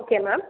okay ma'am